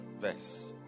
verse